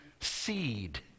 seed